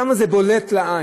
שם זה בולט לעין.